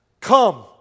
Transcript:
come